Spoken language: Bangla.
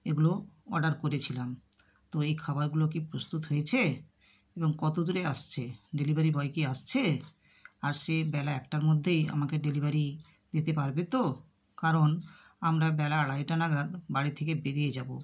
এগুলো অর্ডার করেছিলাম তো এই খাবারগুলো কি প্রস্তুত হয়েছে এবং কতদূরে আসছে ডেলিভারি বয় কি আসছে আর সে বেলা একটার মধ্যেই আমাকে ডেলিভারি দিতে পারবে তো কারণ আমরা বেলা আড়াইটা নাগাদ বাড়ি থেকে বেরিয়ে যাব